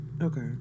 Okay